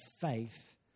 faith